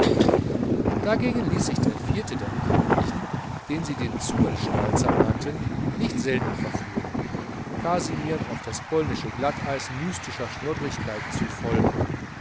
dagegen ließ sich der vierte der eigentlichen den sie den zungenschnalzer nannten nicht selten verführen kasimirn auf das polnische glatteis mystischer schnoddrigkeiten zu folgen